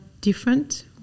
different